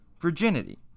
virginity